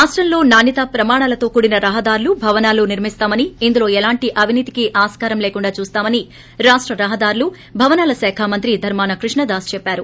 రాష్టంలో నాణ్యతా ప్రమాణాలతో కూడిన రహదారులు భవనాలు నిర్కిస్తామని ఇందులో ఎలాంటి అవినీతికి ఆన్కారం లేకుండా చూస్తామని రాష్ట రహదారులు భవనాల శాఖ మంత్రి ధర్మాన కృష్ణదాస్ చెప్పారు